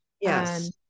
Yes